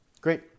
Great